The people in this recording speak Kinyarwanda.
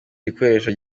gikoresho